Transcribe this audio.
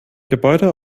gebäude